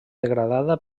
degradada